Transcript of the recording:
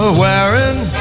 wearing